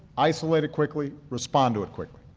isolate it quickly, respond to it quickly.